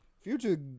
Future